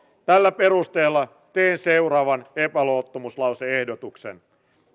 tällä perusteella teen seuraavan epäluottamuslause ehdotuksen